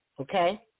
okay